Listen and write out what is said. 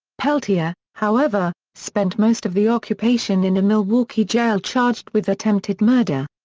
peltier, however, spent most of the occupation in a milwaukee jail charged with attempted murder.